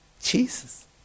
Jesus